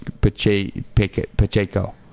Pacheco